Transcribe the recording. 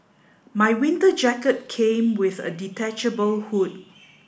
my winter jacket came with a detachable hood